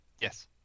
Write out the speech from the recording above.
Yes